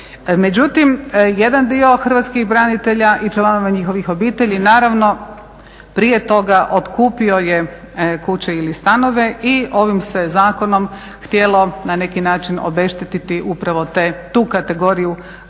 Međutim, jedan dio hrvatskih branitelja i članova njihovih obitelji naravno prije toga otkupio je kuće ili stanove i ovim se zakonom htjelo na neki način obeštetiti upravo tu kategoriju